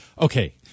okay